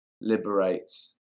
liberates